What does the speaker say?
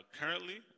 Currently